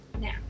Now